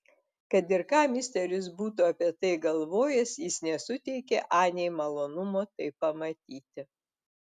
kad ir ką misteris būtų apie tai galvojęs jis nesuteikė anei malonumo tai pamatyti